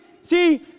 See